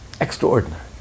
Extraordinary